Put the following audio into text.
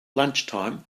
lunchtime